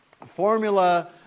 formula